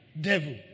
devil